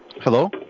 Hello